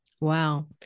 Wow